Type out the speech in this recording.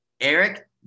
Eric